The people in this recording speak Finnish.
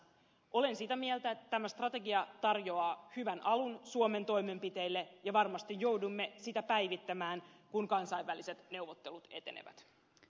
olen sitä mieltä että tämä strategia tarjoaa hyvän alun suomen toimenpiteille ja varmasti joudumme sitä päivittämään kun kansainväliset neuvottelut etenevät